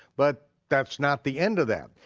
but that's not the end of that,